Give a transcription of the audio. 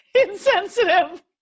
insensitive